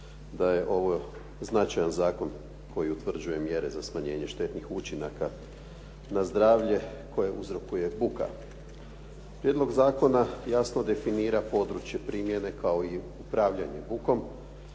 da je ovo značajan zakon koji utvrđuje mjere za smanjenje štetnih učinaka na zdravlje koje uzrokuje buka. Prijedlog zakona jasno definira područje primjene kao i upravljanje bukom.